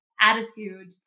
attitude